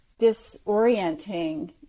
disorienting